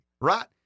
right